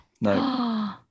No